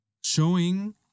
showing